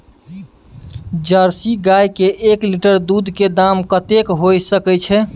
Jersey गाय के एक लीटर दूध के दाम कतेक होय सके छै?